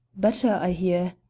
better, i hear.